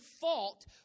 fault